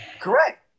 Correct